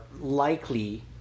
likely